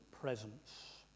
presence